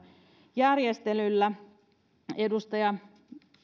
järjestelyllä myöskin edustaja